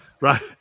right